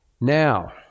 Now